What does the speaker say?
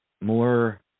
more